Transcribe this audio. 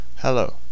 Hello